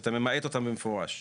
שאתה ממעט אותם במפורש.